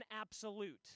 absolute